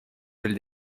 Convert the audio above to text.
del